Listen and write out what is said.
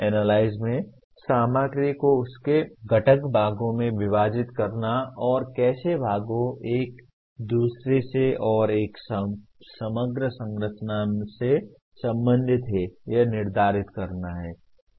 analyse में सामग्री को उसके घटक भागों में विभाजित करना और कैसे भागों एक दूसरे से और एक समग्र संरचना से संबंधित हैं यह निर्धारित करना है